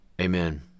Amen